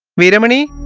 veeramani